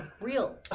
Real